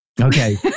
Okay